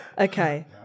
Okay